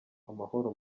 amahoro